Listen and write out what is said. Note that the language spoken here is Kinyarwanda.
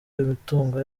imitungo